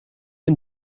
and